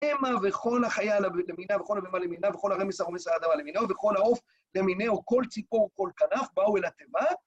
המה וכל החיה למינה, וכל הבהמה למינה, וכל הרמש הרומש על האדמה למינהו, וכל העוף למינהו, כל ציפור, כל כנף באו אל התיבה.